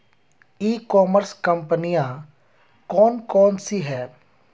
ई commerce कंपनियाँ कौन कौन सी हैं?